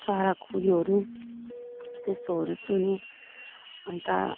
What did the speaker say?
चराको ऊ योहरू त्यस्तोहरू सुनेँ अन्त